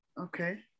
Okay